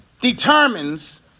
determines